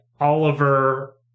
Oliver